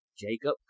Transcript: Jacob